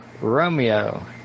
Romeo